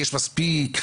יש מספיק,